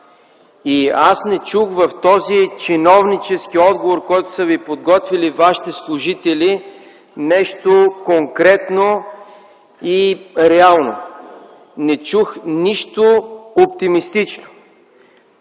Аз не чух в този чиновнически отговор, който са подготвили вашите служители, нещо конкретно и реално. Не чух нищо оптимистично.